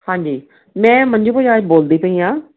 ਹਾਂਜੀ ਮੈਂ ਮੰਜੂ ਬਜਾਜ ਬੋਲਦੀ ਪਈ ਹਾਂ